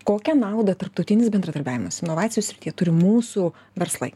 kokią naudą tarptautinis bendradarbiavimas inovacijų srityje turi mūsų verslai